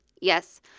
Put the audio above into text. Yes